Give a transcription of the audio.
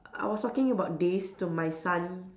I was talking about this to my son